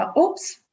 oops